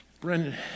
Brendan